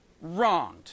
wronged